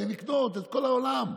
ולקנות את כל העולם.